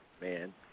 man